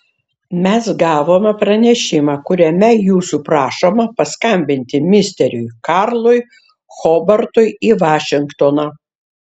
mes gavome pranešimą kuriame jūsų prašoma paskambinti misteriui karlui hobartui į vašingtoną